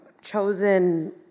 chosen